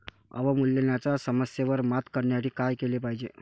अवमूल्यनाच्या समस्येवर मात करण्यासाठी काय केले पाहिजे?